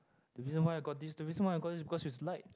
the reason why I got this the reason why I got this because she's light